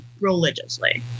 religiously